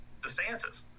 DeSantis